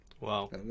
Wow